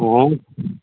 ओह्